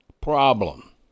problem